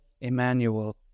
Emmanuel